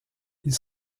ils